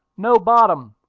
no bottom!